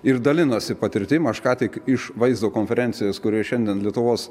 ir dalinasi patirtim aš ką tik iš vaizdo konferencijos kurioj šiandien lietuvos